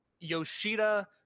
Yoshida